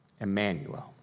Emmanuel